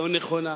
לא נכונה.